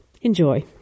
Enjoy